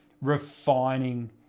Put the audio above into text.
refining